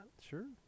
sure